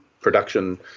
production